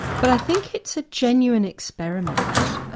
but i think it's a genuine experiment.